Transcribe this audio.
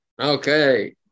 Okay